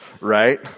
right